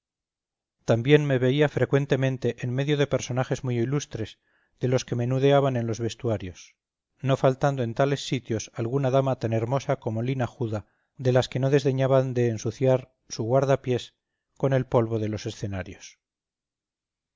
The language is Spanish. también me veía frecuentemente en medio de personajes muy ilustres de los que menudeaban en los vestuarios no faltando en tales sitios alguna dama tan hermosa como linajuda de las que no desdeñaban de ensuciar su guardapiés con el polvo de los escenarios